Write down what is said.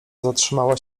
zatrzymała